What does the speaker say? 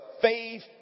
faith